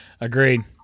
Agreed